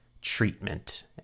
treatment